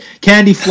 candy